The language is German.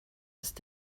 ist